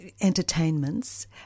entertainments